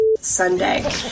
Sunday